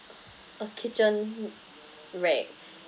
a kitchen rag